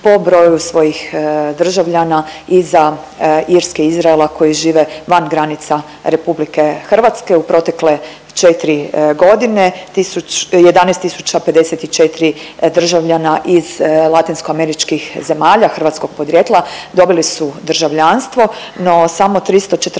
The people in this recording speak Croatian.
po broju svojih državljana iza Irske i Izraela koji žive van granica RH, u protekle 4 godine 11 054 državljana iz latinskoameričkih zemalja hrvatskog podrijetla dobili su državljanstvo, no samo 342